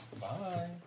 bye